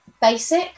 basic